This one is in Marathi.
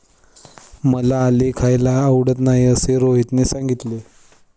मला आलं खायला आवडत नाही असे रोहितने सांगितले